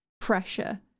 pressure